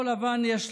גם